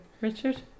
Richard